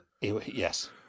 Yes